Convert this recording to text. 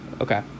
okay